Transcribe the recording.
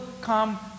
come